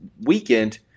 weekend